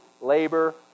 labor